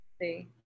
See